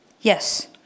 Yes